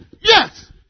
Yes